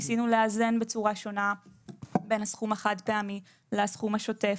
ניסינו לאזן בצורה שונה בין הסכום החד-פעמי לסכום השוטף,